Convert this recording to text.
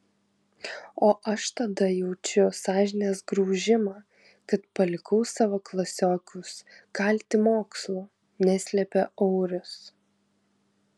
o aš tada jaučiu sąžinės graužimą kad palikau savo klasiokus kalti mokslų neslepia aurius